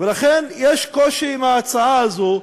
לכן יש קושי עם ההצעה הזאת,